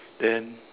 then